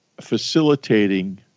facilitating